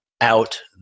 out